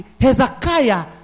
Hezekiah